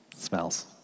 smells